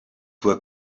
were